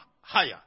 higher